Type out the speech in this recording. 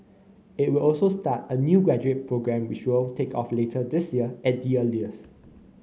it will also start a new graduate programme which will take off later this year at the earliest